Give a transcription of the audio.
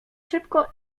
szybko